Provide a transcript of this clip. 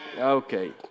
Okay